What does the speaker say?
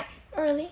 oh really